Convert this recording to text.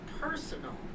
personal